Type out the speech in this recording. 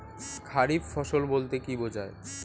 খারিফ ফসল বলতে কী বোঝায়?